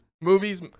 Movies